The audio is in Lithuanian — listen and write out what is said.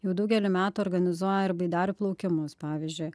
jau daugelį metų organizuoja ir baidarių plaukimus pavyzdžiui